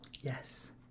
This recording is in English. yes